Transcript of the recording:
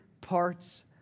parts